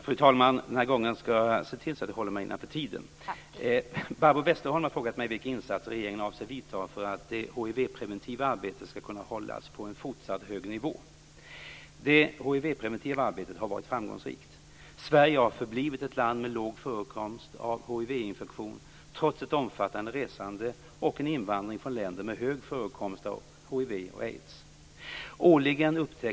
Fru talman! Barbro Westerholm har frågat mig vilka insatser regeringen avser att vidta för att det hivpreventiva arbetet skall kunna hållas på en fortsatt hög nivå. Det hivpreventiva arbetet har varit framgångsrikt. Sverige har förblivit ett land med låg förekomst av hivinfektion trots ett omfattande resande och en invandring från länder med hög förekomst av hiv/aids.